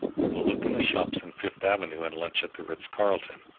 we will look in the shops in fifth avenue and lunch at the ritz-carlton.